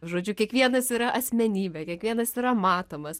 žodžiu kiekvienas yra asmenybė kiekvienas yra matomas